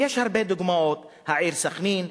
ויש הרבה דוגמאות: העיר סח'נין,